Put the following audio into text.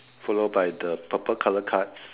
followed by the purple colour cards